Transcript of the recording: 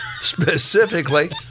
Specifically